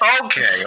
okay